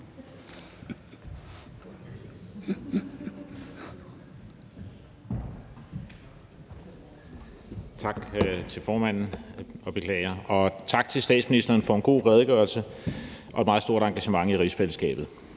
Tak til formanden. Tak til statsministeren for en god redegørelse og et meget stort engagement i rigsfællesskabet.